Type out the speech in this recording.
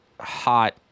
hot